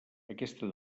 aquesta